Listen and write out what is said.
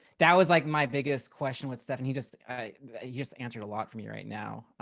that was like my biggest question with stefan. he just, you just answered a lot from me right now.